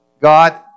God